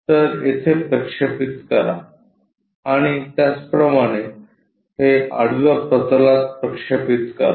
तर येथे प्रक्षेपित करा आणि त्याचप्रमाणे हे आडव्या प्रतलात प्रक्षेपित करा